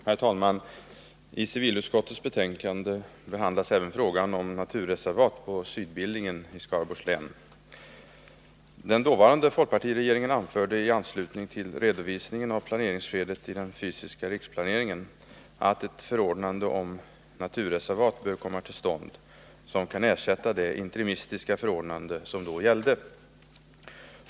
Herr talman! I civilutskottets betänkande nr 6 behandlas även frågan om naturreservat på Sydbillingen i Skaraborgs län. Den dåvarande folkpartiregeringen anförde i anslutning till redovisningen av planeringsskedet i den fysiska riksplaneringen, att ett förordnande om naturreservat bör komma till stånd som kan ersätta det interimistiska förordnande som då gällde.